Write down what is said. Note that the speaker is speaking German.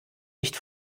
nicht